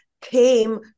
came